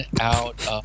out